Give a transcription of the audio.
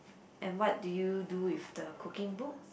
and what do you do with the cooking book